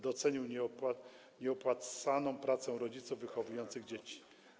Docenił nieopłacaną pracę rodziców wychowujących dzieci.